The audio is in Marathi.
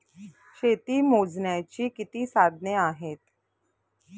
शेती मोजण्याची किती साधने आहेत?